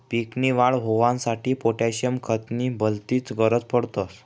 पीक नी वाढ होवांसाठी पोटॅशियम खत नी भलतीच गरज पडस